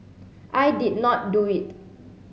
I did not do it